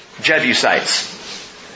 Jebusites